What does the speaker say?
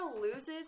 loses